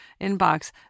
inbox